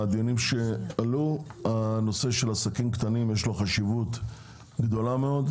בדיונים שעלו הנושא של עסקים קטנים יש לו חשיבות גדולה מאוד.